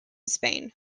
spain